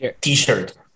t-shirt